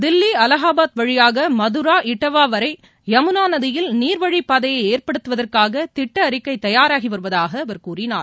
தில்லி அலகாபாத் வழியாக மத்ரா இட்டாவா வரை யமுனா நதியில் நீர் வழிப்பாதையை ஏற்படுத்துவதற்காக திட்ட அறிக்கை தயாராகி வருவதாக அவர் கூறினார்